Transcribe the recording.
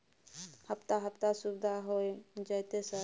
हफ्ता हफ्ता सुविधा होय जयते सर?